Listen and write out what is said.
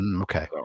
okay